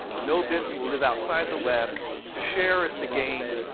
no bits will live outside the web. to share is to gain.